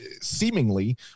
seemingly